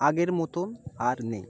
আগের মতন আর নেই